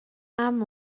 امر